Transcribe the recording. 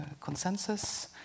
consensus